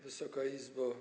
Wysoka Izbo!